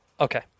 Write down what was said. Okay